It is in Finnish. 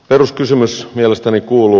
peruskysymys mielestäni kuuluu